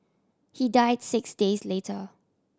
he died six days later